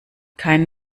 kein